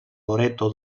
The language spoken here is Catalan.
loreto